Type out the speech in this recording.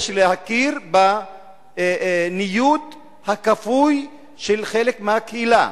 יש להכיר בניוד הכפוי של חלק מהקהילה,